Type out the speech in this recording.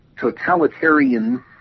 totalitarian